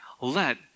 let